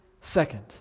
second